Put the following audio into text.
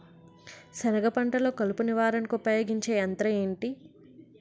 సెనగ పంటలో కలుపు నివారణకు ఉపయోగించే యంత్రం ఏంటి?